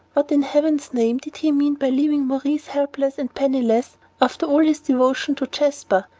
what in heaven's name did he mean by leaving maurice helpless and penniless after all his devotion to jasper?